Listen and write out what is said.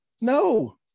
No